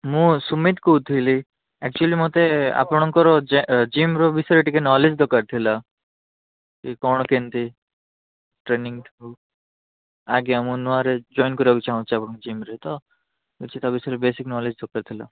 ମୁଁ ସୁମିତ କହୁଥିଲି ଆକଚୁଲି ମୋତେ ଆପଣଙ୍କର ଜିମ୍ର ବିଷୟରେ ଟିକେ ନଲେଜ୍ ଦରକାର ଥିଲା ଏ କ'ଣ କେମତି ଟ୍ରେନିଙ୍ଗ ହଉ ଆଜ୍ଞା ମୁଁ ନୂଆରେ ଜଏନ୍ କରିବାକୁ ଚାହୁଁଛି ଆପଣଙ୍କ ଜିମ୍ରେ ତ କିଛି ତା ବିଷୟରେ ବେସିକ୍ ନଲେଜ୍ ଦରକାର ଥିଲା